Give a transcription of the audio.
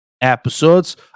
episodes